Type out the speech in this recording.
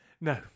No